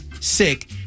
sick